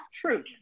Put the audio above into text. True